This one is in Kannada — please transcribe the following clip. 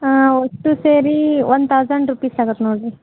ಹಾಂ ಒಟ್ಟು ಸೇರೀ ಒನ್ ತೌಸಂಡ್ ರುಪೀಸ್ ಆಗತ್ತೆ ನೋಡಿರಿ